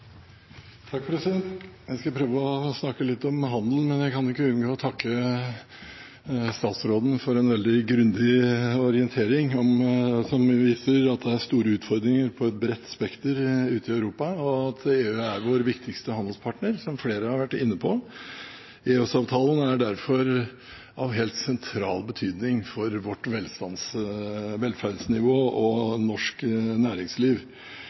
Jeg skal prøve å snakke litt om handel, men jeg kan ikke unngå å takke statsråden for en veldig grundig orientering, som viser at det er store utfordringer på et bredt spekter ute i Europa, og at EU er vår viktigste handelspartner, som flere har vært inne på. EØS-avtalen er derfor av helt sentral betydning for vårt velferdsnivå og norsk næringsliv.